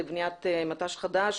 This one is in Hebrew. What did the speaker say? לבניית מט"ש חדש,